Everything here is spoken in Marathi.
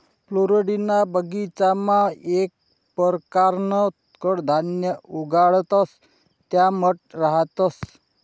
फ्लोरिडाना बगीचामा येक परकारनं कडधान्य उगाडतंस त्या मठ रहातंस